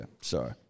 Sorry